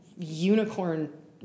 unicorn